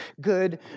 good